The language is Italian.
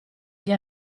gli